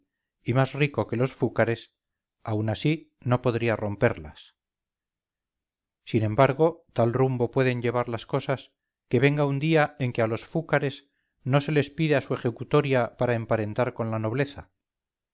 y más rico que los fúcares aun así no podría romperlas sin embargo tal rumbo pueden llevar las cosas que venga un día en que a los fúcares no se les pida su ejecutoria para emparentar con la nobleza